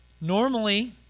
normally